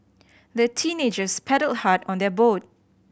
the teenagers paddled hard on their boat